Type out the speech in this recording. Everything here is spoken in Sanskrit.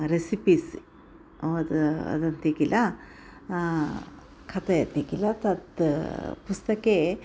रेसिपिस् ओद् वदन्ति किल कथयति किल तत् पुस्तके